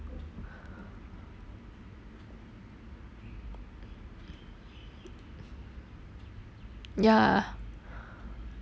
ya